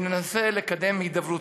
וננסה לקדם הידברות.